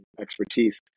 expertise